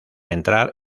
entrar